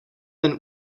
ten